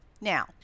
Now